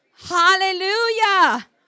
Hallelujah